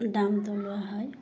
দামটো লোৱা হয়